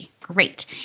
Great